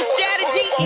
Strategy